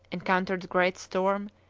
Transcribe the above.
encountered a great storm,